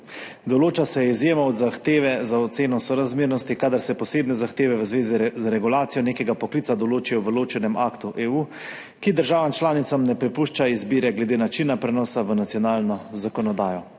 Določa se izjema od zahteve za oceno sorazmernosti, kadar se posebne zahteve v zvezi z regulacijo nekega poklica določijo v ločenem aktu EU, ki državam članicam ne prepušča izbire glede načina prenosa v nacionalno zakonodajo.